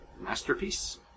masterpiece